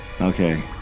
Okay